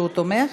שהוא תומך?